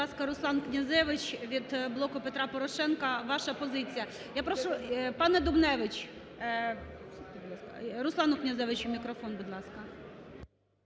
Будь ласка, Руслан Князевич від "Блоку Петра Порошенка", ваша позиція. Я прошу, пане Дубневич!.. Руслану Князевичу мікрофон, будь ласка.